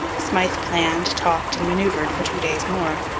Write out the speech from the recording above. smyth planned, talked, and manoeuvred for two days more,